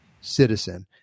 citizen